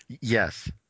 Yes